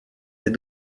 des